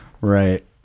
Right